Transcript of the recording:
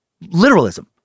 literalism